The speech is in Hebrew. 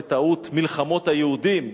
בטעות "מלחמות היהודים",